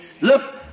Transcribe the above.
Look